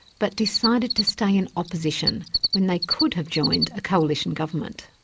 but decided to stay in opposition when they could have joined a coalition government.